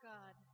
God